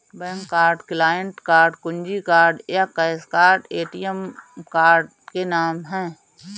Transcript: bank card, client card, कुंजी card या cash card ATM card के नाम है